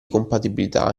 compatibilità